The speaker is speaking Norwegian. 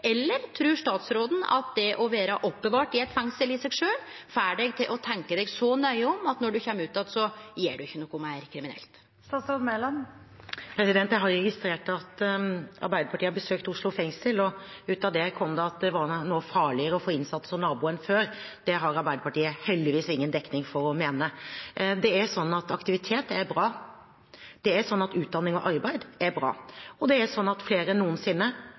eller trur statsråden at det å vere oppbevart i eit fengsel i seg sjølv får ein til å tenkje seg så nøye om at når ein kjem ut att, gjer ein ikkje noko meir kriminelt? Jeg har registrert at Arbeiderpartiet har besøkt Oslo fengsel. Ut av det kom det at det nå var farligere å få innsatte som nabo enn før. Det har Arbeiderpartiet heldigvis ingen dekning for å mene. Det er sånn at aktivitet er bra, det er sånn at utdanning og arbeid er bra, og det er sånn at flere enn noensinne